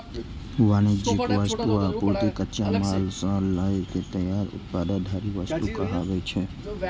वाणिज्यिक वस्तु, आपूर्ति, कच्चा माल सं लए के तैयार उत्पाद धरि वस्तु कहाबै छै